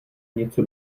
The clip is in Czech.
něco